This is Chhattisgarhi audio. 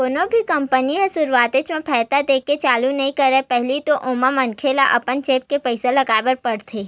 कोनो भी कंपनी ह सुरुवातेच म फायदा देय के चालू नइ करय पहिली तो ओमा मनखे ल अपन जेब ले पइसा लगाय बर परथे